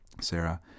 Sarah